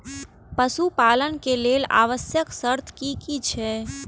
पशु पालन के लेल आवश्यक शर्त की की छै?